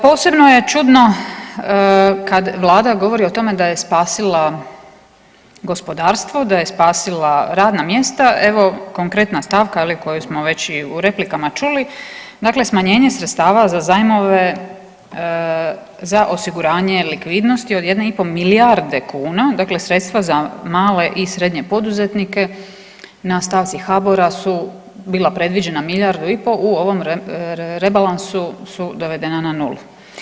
Posebno je čudno kad vlada govori o tome da je spasila gospodarstvo, da je spasila radna mjesta, evo konkretna stavka je li koju smo već i u replikama čuli, dakle smanjenje sredstva za zajmove za osiguranje likvidnosti od 1,5 milijarde kuna, dakle sredstva za male i srednje poduzetnike na stavci HABOR-a su bila predviđena milijardu i po u ovom rebalansu su dovedena na nulu.